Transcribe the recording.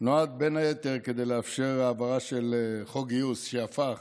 נועדה בין היתר לאפשר העברה של חוק גיוס, שהפך